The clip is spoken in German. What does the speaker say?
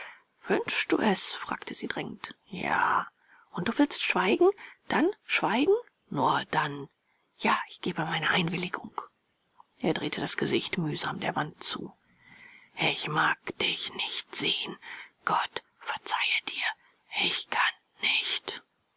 wünschst du es fragte sie drängend ja und du willst schweigen dann schweigen nur dann ja ich gebe meine einwilligung er drehte das gesicht mühsam der wand zu ich mag dich nicht sehen gott verzeihe dir ich kann nicht